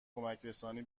کمکرسانی